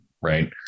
right